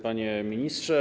Panie Ministrze!